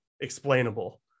explainable